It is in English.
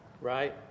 right